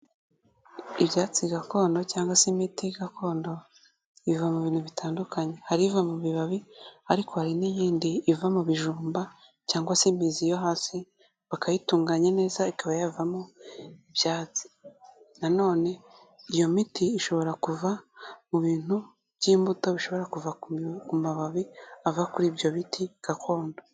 Ibyatsi gakondo cyangwa se imiti gakondo iva mu bintu bitandukanye. Hari iva mu bibabi ariko hari n'iyindi iva mu bijumba cyangwa se imizi yo hasi, bakayitunganya neza ikaba yavamo ibyatsi na none iyo miti ishobora kuva mu bintu by'imbuto bishobora kuva ku mababi ava kuri ibyo biti gakondo.